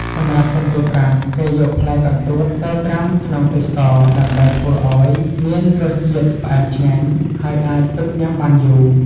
សម្រាប់កន្ទួតត្រាំ គេយកផ្លែកន្ទួតទៅត្រាំក្នុងទឹកស្ករ ដើម្បីធ្វើឲ្យមានរសជាតិផ្អែមឆ្ងាញ់ ហើយអាចទុកញ៉ាំបានយូរ។